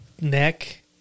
neck